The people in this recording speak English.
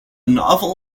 novel